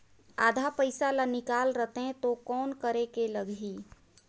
आधा पइसा ला निकाल रतें तो कौन करेके लगही?